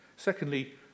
Secondly